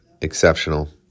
exceptional